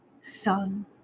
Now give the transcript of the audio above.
sun